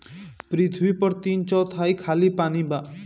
पृथ्वी पर तीन चौथाई खाली पानी बा